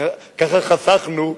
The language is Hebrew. ככה חסכנו.